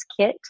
kit